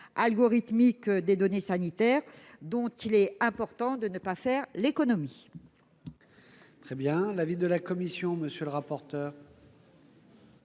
algorithmique des données sanitaires, dont il nous semble important de ne pas faire l'économie.